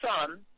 Son